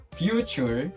future